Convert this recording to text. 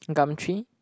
Gumtree